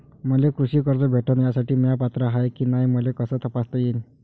मले कृषी कर्ज भेटन यासाठी म्या पात्र हाय की नाय मले कस तपासता येईन?